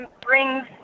brings